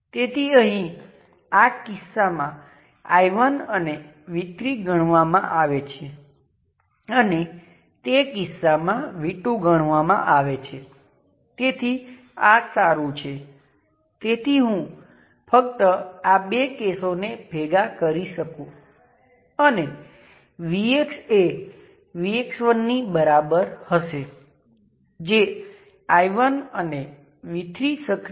તેથી આ એક શક્યતા છે તેવી જ રીતે આપણે કરંટ I2 અને I2 બે પોર્ટ 1 અને 2 ને લાગુ કરી શકીએ અને પરિણામી વોલ્ટેજ V1 અને V2 ને માપી શકીએ